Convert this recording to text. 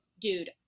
Dude